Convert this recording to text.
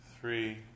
three